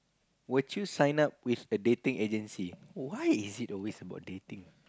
would you sign up with a dating agency why is it always about dating